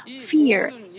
fear